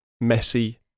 messy